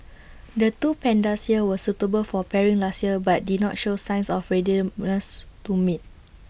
the two pandas here were suitable for pairing last year but did not show signs of readiness to mate